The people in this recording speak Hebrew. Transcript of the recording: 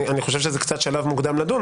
אני חושב שזה קצת שלב מוקדם לדון.